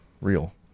real